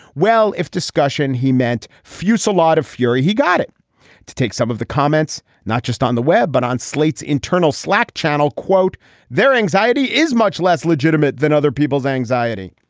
well if discussion he meant fuse a lot of fury he got it to take some of the comments not just on the web but on slate's internal slack channel quote their anxiety is much less legitimate than other people's anxiety.